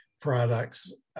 products